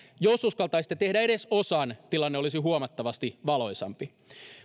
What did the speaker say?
jos uskaltaisitte tehdä edes osan tilanne olisi huomattavasti valoisampi